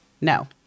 no